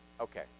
Okay